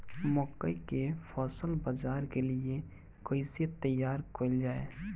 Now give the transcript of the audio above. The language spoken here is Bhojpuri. मकई के फसल बाजार के लिए कइसे तैयार कईले जाए?